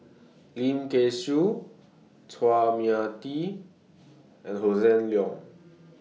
Lim Kay Siu Chua Mia Tee and Hossan Leong